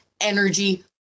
energy